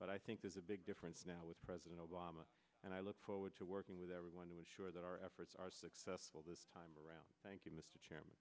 but i think there's a big difference now with president obama and i look forward to working with everyone to ensure that our efforts are successful this time around thank you mr chairman